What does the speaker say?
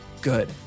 GOOD